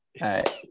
right